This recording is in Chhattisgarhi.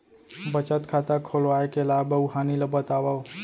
बचत खाता खोलवाय के लाभ अऊ हानि ला बतावव?